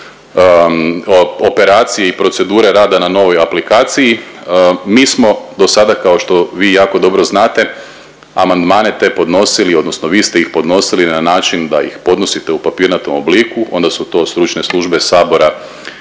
operacije i procedure rada na novoj aplikaciji. Mi smo dosada kao što vi jako dobro znate amandmane te podnosili odnosno vi ste ih podnosili na način da ih podnosite u papirnatom obliku onda su to stručne službe sabora